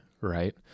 right